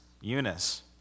Eunice